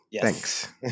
Thanks